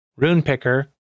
RunePicker